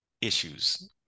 issues